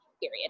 period